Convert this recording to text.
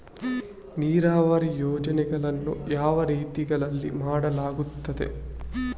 ನೀರಾವರಿ ಯೋಜನೆಗಳನ್ನು ಯಾವ ರೀತಿಗಳಲ್ಲಿ ಮಾಡಲಾಗುತ್ತದೆ?